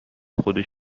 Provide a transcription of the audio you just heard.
خودش